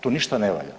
Tu ništa ne valja.